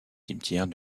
cimetière